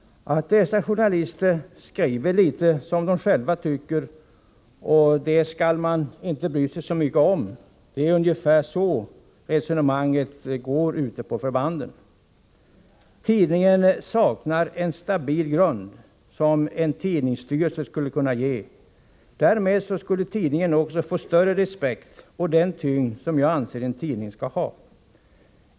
Dessa journalister skriver litet som de själva tycker, och det skall man inte bry sig så mycket om — ungefär så går resonemangen ute på förbanden. Tidningen saknar en stabil grund, som en tidningsstyrelse skulle kunna ge. Därmed skulle tidningen också få större respekt och den tyngd som jag anser att en tidning skall ha.